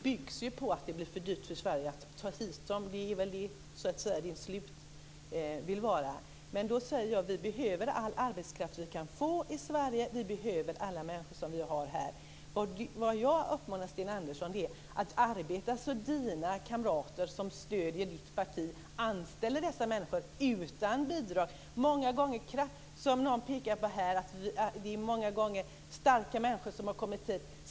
Herr talman! Sten Anderssons slutsats bygger ju på att det blir för dyrt för Sverige att ta hit dem. Men vi behöver all arbetskraft som vi kan få i Sverige. Vi behöver alla människor som vi har här. Vad jag uppmanar Sten Andersson till är att han ska arbeta för att hans kamrater, som stödjer hans parti, anställer dessa människor, så att de kan leva utan bidrag. Som någon pekade på här är det många gånger starka människor som har kommit hit.